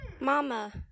Mama